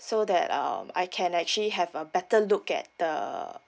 so that um I can actually have a better look at the